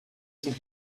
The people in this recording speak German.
sind